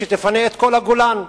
שתפנה את כל הגולן.